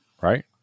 Right